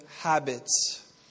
habits